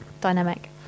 dynamic